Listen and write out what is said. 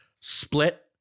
split